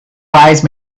wise